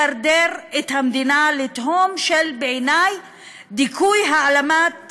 מדרדר את המדינה לתהום שהיא דיכוי והעלמת